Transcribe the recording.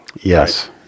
yes